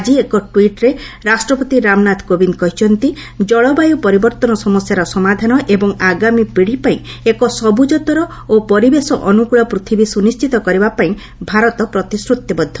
ଆଜି ଏକ ଟ୍ୱିଟ୍ରେ ରାଷ୍ଟ୍ରପତି ରାମନାଥ କୋବିନ୍ଦ କହିଛନ୍ତି ଜଳବାୟୁ ପରିବର୍ଭନ ସମସ୍ୟାର ସମାଧାନ ଏବଂ ଆଗାମୀ ପିଢ଼ିପାଇଁ ଏକ ସବ୍ରଜତର ଓ ପରିବେଶ ଅନ୍ଦ୍ରକୃଳ ପୂଥିବୀ ସୁନିଶ୍ଚିତ କରିବାପାଇଁ ଭାରତ ପ୍ରତିଶ୍ରତିବଦ୍ଧ